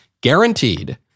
guaranteed